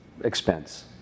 expense